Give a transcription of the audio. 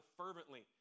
fervently